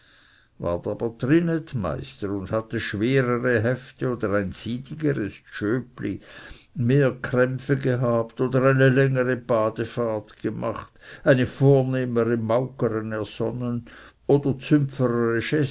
trinette meister und hatte schwerere häfte oder ein sydigeres tschöpli mehr krämpfe gehabt oder eine längere badefahrt gemacht eine vornehmere mauggere ersonnen oder